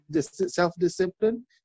self-discipline